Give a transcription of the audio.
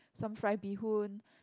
some fry bee hoon